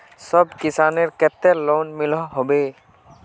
सब किसानेर केते लोन मिलोहो होबे?